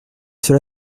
cela